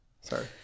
Sorry